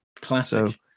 Classic